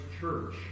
church